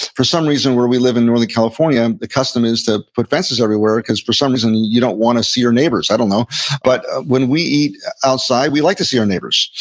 for some reason, where we live in northern california, the custom is to put fences everywhere, because for some reason, you don't want to see your neighbors. i don't know but when we eat outside, we like to see our neighbors.